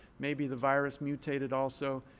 maybe the virus mutated also.